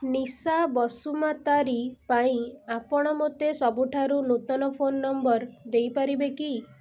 ନିଶା ବସୁମାତାରି ପାଇଁ ଆପଣ ମୋତେ ସବୁଠାରୁ ନୂତନ ଫୋନ୍ ନମ୍ବର ଦେଇପାରିବେ କି